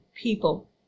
people